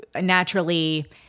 naturally